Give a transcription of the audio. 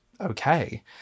okay